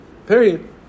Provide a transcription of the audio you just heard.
period